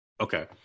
Okay